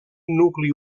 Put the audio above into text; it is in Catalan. nucli